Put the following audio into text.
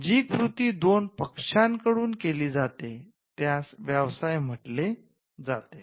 जी कृती दोन पक्षांकडून केली जाते त्यास व्यवसाय म्हटले जाते